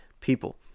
people